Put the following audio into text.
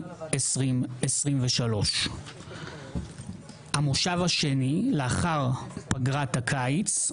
30.07.2023. לאחר פגרת הקיץ,